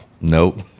Nope